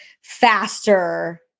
faster